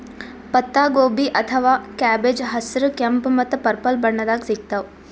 ಪತ್ತಾಗೋಬಿ ಅಥವಾ ಕ್ಯಾಬೆಜ್ ಹಸ್ರ್, ಕೆಂಪ್ ಮತ್ತ್ ಪರ್ಪಲ್ ಬಣ್ಣದಾಗ್ ಸಿಗ್ತಾವ್